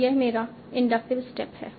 तो यह मेरा इंडक्टिव स्टेप है